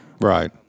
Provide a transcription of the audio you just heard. Right